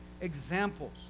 examples